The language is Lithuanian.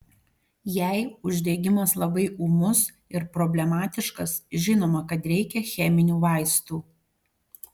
jei uždegimas labai ūmus ir problematiškas žinoma kad reikia cheminių vaistų